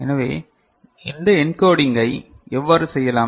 எனவே இந்த என்கோடிங்கை எவ்வாறு செய்யலாம்